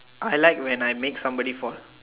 I like when I make somebody fall